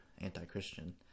anti-Christian